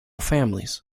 families